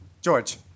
George